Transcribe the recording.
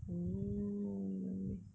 mm